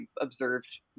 observed